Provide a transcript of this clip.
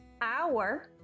hour